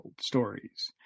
stories